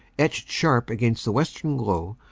etched sharp against the western glow,